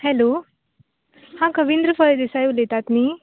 hello हां कविंद्र फळदेसाय उलयतात न्ही